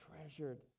treasured